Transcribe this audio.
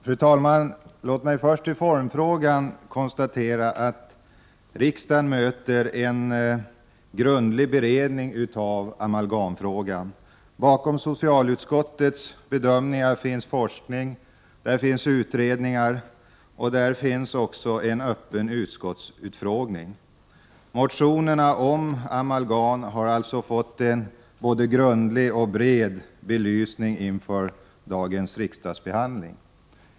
Fru talman! Låt mig först i formfrågan konstatera att riksdagen möter en grundlig beredning av amalgamfrågan. Bakom socialutskottets bedömningar finns forskning, utredningar och också en öppen utskottsutfrågning. Motionerna om amalgam har alltså fått en både grundlig och bred belysning inför dagens riksdagsbehandling.